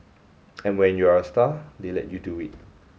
and when you're a star they let you do it